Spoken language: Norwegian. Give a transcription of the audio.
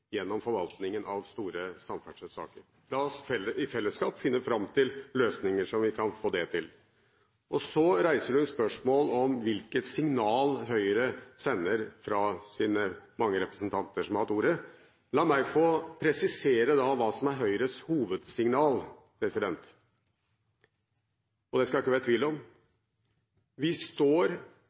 gjennom forvaltningen når det gjelder store samferdselssaker. La oss i fellesskap finne fram til løsninger slik at vi kan få det til. Så reiser hun spørsmål om hvilket signal Høyre sender fra sine mange representanter som har hatt ordet. La meg få presisere hva som er Høyres hovedsignal, det skal det ikke være tvil om. Vi står,